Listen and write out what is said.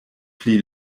pli